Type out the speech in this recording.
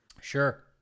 Sure